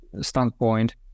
standpoint